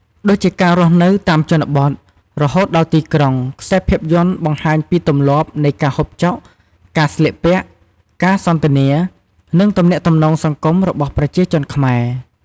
ដូចជាការរស់នៅតាមជនបទ រហូតដល់ទីក្រុង ខ្សែភាពយន្តបង្ហាញពីទម្លាប់នៃការហូបចុក ការស្លៀកពាក់ ការសន្ទនា និងទំនាក់ទំនងសង្គមរបស់ប្រជាជនខ្មែរ ។